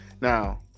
now